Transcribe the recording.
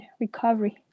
recovery